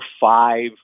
five